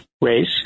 race